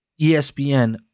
ESPN